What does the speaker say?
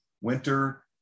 winter